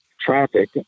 traffic